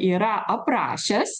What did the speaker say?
yra aprašęs